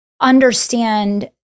understand